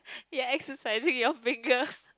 ya exercising your finger